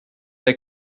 der